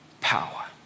power